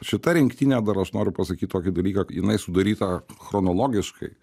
šita rinktinė dar aš noriu pasakyt tokį dalyką jinai sudaryta chronologiškai